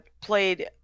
played